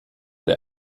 der